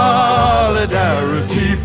Solidarity